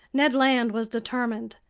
ned land was determined,